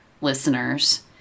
listeners